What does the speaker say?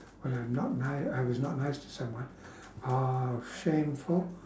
when I'm not ni~ I was not nice to someone I was shameful